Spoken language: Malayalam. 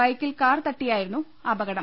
ബൈക്കിൽ കാർ തട്ടിയായിരുന്നു അപകടം